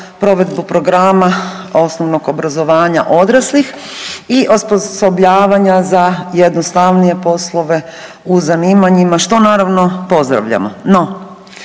provedbu programa osnovnog obrazovanja odraslih i osposobljavanja za jednostavnije poslove u zanimanjima što naravno pozdravljamo.